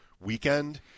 weekend